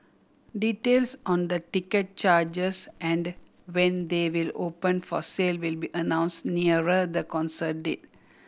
details on the ticket charges and when they will open for sale will be announce nearer the concert date